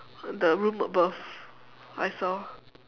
the room above I saw